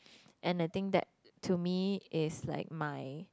and the thing that to me is like my